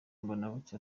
mbonabucya